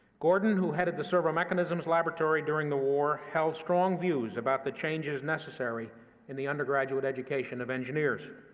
gordon, who headed the servomechanisms laboratory during the war, held strong views about the changes necessary in the undergraduate education of engineers.